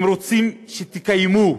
הם רוצים שתקיימו.